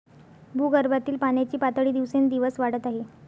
भूगर्भातील पाण्याची पातळी दिवसेंदिवस वाढत आहे